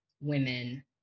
women